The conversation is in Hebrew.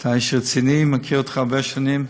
אתה איש רציני, אני מכיר אותך הרבה שנים.